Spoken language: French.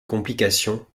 complications